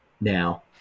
now